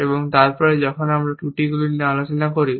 এবং তারপরে যখন আমরা ত্রুটিগুলি নিয়ে আলোচনা করি